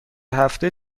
هفته